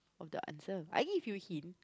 of the answer I give you hint